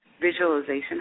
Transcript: visualization